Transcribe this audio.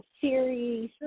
series